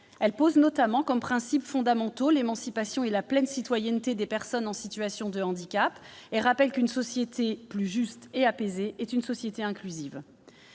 Elle pose notamment comme principes fondamentaux l'émancipation et la pleine citoyenneté des personnes en situation de handicap et rappelle qu'une société plus juste et apaisée est une société inclusive.